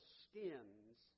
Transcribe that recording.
skins